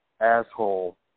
asshole